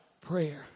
prayer